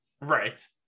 Right